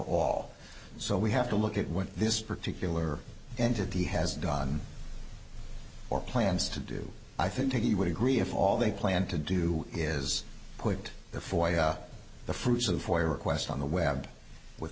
all so we have to look at what this particular entity has done or plans to do i think he would agree if all they plan to do is put before the fruits of for a request on the web with